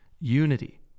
Unity